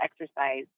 exercise